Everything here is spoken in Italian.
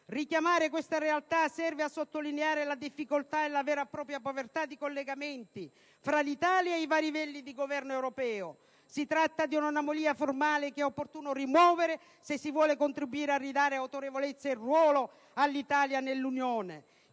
Richiamare questa realtà serve a sottolineare la difficoltà e la vera e propria povertà di collegamenti fra l'Italia e i vari livelli di governo europeo. Si tratta di un'anomalia formale che è opportuno rimuovere se si vuole contribuire a ridare autorevolezza e ruolo all'Italia nell'Unione.